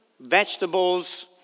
vegetables